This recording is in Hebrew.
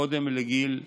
קודם לגיל 20,